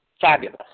fabulous